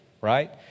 right